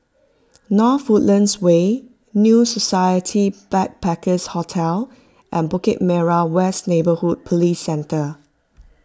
North Woodlands Way New Society Backpackers' Hotel and Bukit Merah West Neighbourhood Police Centre